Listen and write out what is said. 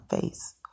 face